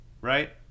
right